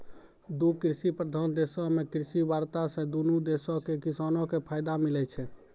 दु कृषि प्रधान देशो मे कृषि वार्ता से दुनू देशो के किसानो के फायदा मिलै छै